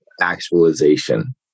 Actualization